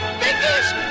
biggest